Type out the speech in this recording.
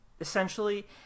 essentially